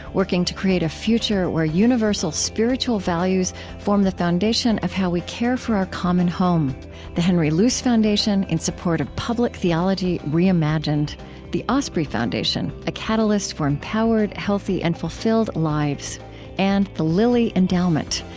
working to create a future where universal spiritual values form the foundation of how we care for our common home the henry luce foundation, in support of public theology reimagined the osprey foundation, a catalyst for empowered, healthy, and fulfilled lives and the lilly endowment,